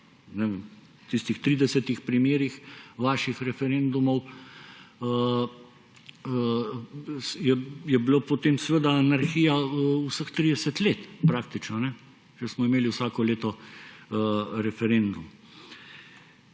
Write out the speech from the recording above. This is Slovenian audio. v tistih 30 primerih vaših referendumov je bila potem seveda anarhija praktično vseh 30 let, ker smo imeli vsako leto referendum.